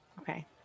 okay